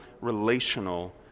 relational